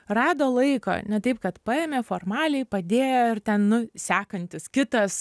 rado laiko ne taip kad paėmė formaliai padėjo ir ten nu sekantis kitas